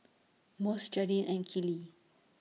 Mose Jadyn and Keely